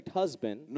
husband